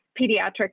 pediatric